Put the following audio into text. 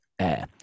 air